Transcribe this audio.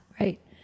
right